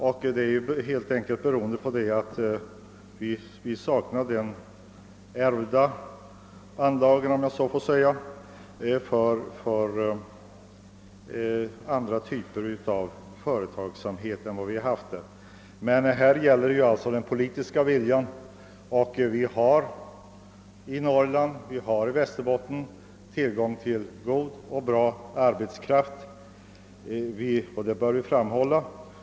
Det beror helt enkelt på att vi saknar de så att säga ärvda anlagen för andra typer av företagsamhet än vi har haft. Det är emellertid också fråga om den politiska viljan. Vi har i Norrland och i Västerbotten tillgång till god arbetskraft, och det bör vi framhålla.